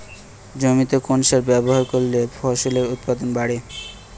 জমিতে কোন সার ব্যবহার করলে ফসলের উৎপাদন বাড়ে?